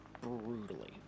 Brutally